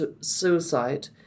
suicide